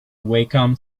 wacom